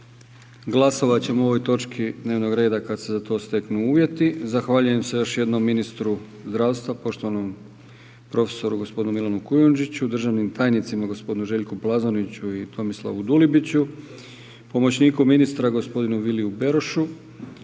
Glasovat ćemo o ovoj točki dnevnoga reda kada se za to steknu uvjeti. Zahvaljujem se još jednom ministru zdravstva poštovanom profesoru gospodinu Milanu Kujundžiću, državnim tajnicima gospodinu Željku Plazoniću i Tomislavu Dulibiću, pomoćniku ministra gospodinu Viliju Berušu,